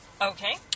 Okay